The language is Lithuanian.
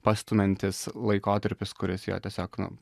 pastumiantis laikotarpis kuris jo tiesiog nu